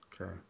Okay